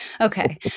Okay